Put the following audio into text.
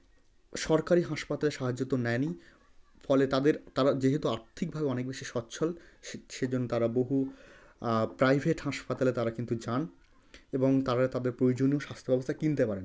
সরকারি হাসপাতালে সাহায্য তো নেনই ফলে তাদের তারা যেহেতু আর্থিকভাবে অনেক বেশি স্বচ্ছল সেজন্য তারা বহু প্রাইভেট হাসপাতালে তারা কিন্তু যান এবং তারা তাদের প্রয়োজনীয় স্বাস্থ্য ব্যবস্থা কিনতে পারেন